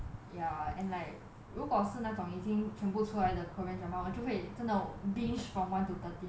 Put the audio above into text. ya and like 如果是那种已经全部出来的 korean drama 我就会真的 binge from one to thirteen leh